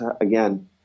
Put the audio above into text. again